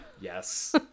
Yes